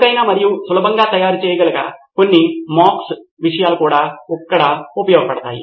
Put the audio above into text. చౌకైన మరియు సులభంగా తయారు చేయగల అన్ని రకాల మొక్స్ విషయాలు ఇక్కడ ఉపయోగపడతాయి